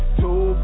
two